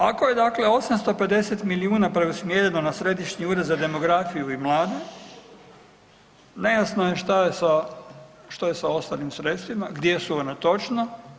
Ako je dakle 850 milijuna preusmjereno na Središnji ured za demografiju i mlade, nejasno je što je sa ostalim sredstvima, gdje su ona točno.